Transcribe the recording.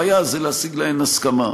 הבעיה היא להשיג להן הסכמה.